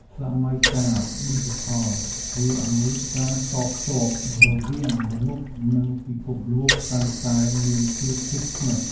សម័យកាលឌីជីថលធ្វើឱ្យការតភ្ជាប់រវាងមនុស្ស និងពិភពលោកកាន់តែមានភាពជិតស្និទ្ធ។